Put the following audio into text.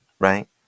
Right